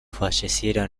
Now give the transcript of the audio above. fallecieron